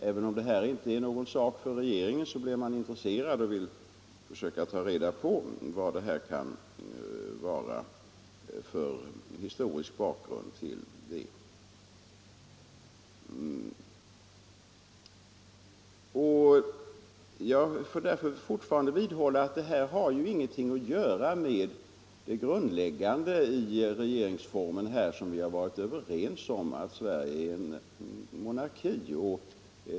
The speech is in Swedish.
Även om detta inte är någon sak för regeringen, blev jag naturligtvis intresserad och ville försöka ta reda på vad det kunde Nr 76 finnas för historisk bakgrund. Onsdagen den Jag vidhåller fortfarande att detta ingenting har att göra med det grund 7 maj 1975 läggande i regeringsformen som vi varit överens om, att Sverige ären Li monarki.